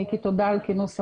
מיקי, תודה על כינוס הוועדה.